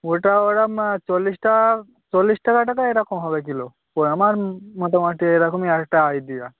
ওটা ওরম চল্লিশটা চল্লিশ টাকা তো এরকম হবে কিলো তো আমার মোটামোটি এরকমই একটা আইডিয়া